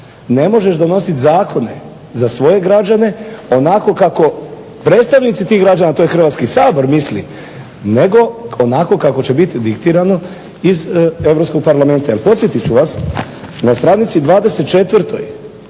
ne možeš donositi zakone za svoje građane onako kako predstavnici tih građana, a to je Hrvatski sabor, misli nego onako kako će biti diktirano iz Europskog parlamenta. Jer podsjetit ću vas, na stranici 24.,